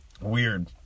Weird